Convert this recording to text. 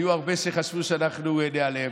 היו הרבה שחשבו שאנחנו ניעלם,